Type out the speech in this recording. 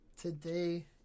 Today